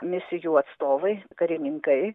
misijų atstovai karininkai